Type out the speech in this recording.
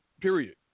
Period